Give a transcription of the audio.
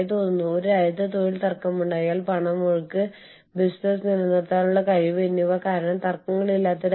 അതിനാൽ അവരുടെ ദേശീയത അവർ എങ്ങനെ പെരുമാറണം അവരോട് എങ്ങനെ ഇടപെടണം നയങ്ങൾ എങ്ങനെ രൂപപ്പെടുത്തുന്നു എന്നിവയിൽ സ്വാധീനം ചെലുത്താം